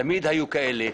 תמיד היו כאלה,